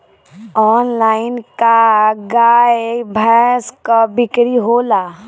Online का गाय भैंस क बिक्री होला?